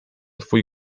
twój